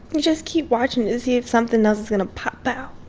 you just keep watching to see if something else is going to pop out,